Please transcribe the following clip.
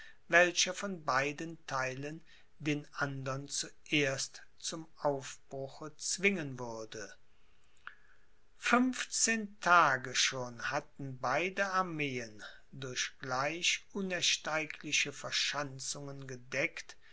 welcher von beiden theilen den andern zuerst zum aufbruche zwingen würde fünfzehn tage schon hatten beide armeen durch gleich unersteigliche verschanzungen gedeckt